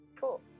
Cool